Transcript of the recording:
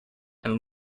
and